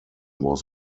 was